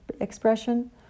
expression